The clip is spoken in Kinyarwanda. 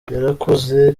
yarakuze